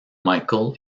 michael